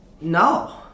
no